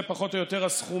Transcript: אלה פחות או יותר הסכומים,